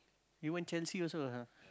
even Chelsea also ah